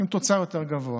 עם תוצר יותר גבוה.